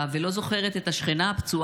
ולא זוכרת את השכנה הפצועה,